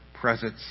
presence